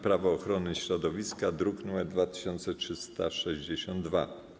Prawo ochrony środowiska, druk nr 2362.